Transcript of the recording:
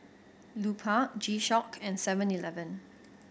Lupark G Shock and Seven Eleven